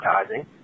advertising